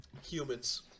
Humans